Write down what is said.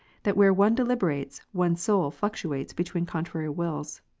thatwhere one deliberates, one soul fluctuates between contrary wills.